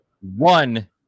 one